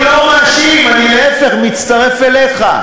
אני לא מאשים, אני להפך, מצטרף אליך.